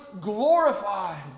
glorified